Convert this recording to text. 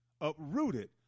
uprooted